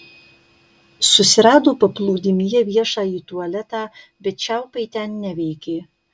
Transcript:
susirado paplūdimyje viešąjį tualetą bet čiaupai ten neveikė